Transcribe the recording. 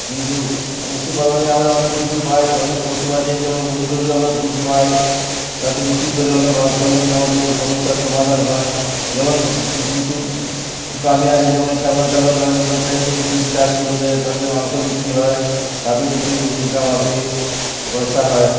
কিন্তু পশুপালনে আমরা অনেক কিছু পাই অনেক পশু আছে যেমন গরু টরু আমরা দুধ পাই তাতে বিক্রি করে অনেক অর্থনৈতিক আমাদের সমস্যার সমাধান হয় যেমন কি কিছু প্রাণী আছে যেমন ছাগল টাগল নানা রকমের টাইপের জিনিস চাষ করলে ততে মাংস বিক্রি হয় তাতেও কিছু ইনকাম আসে পয়সা হয়